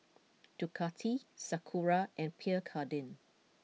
Ducati Sakura and Pierre Cardin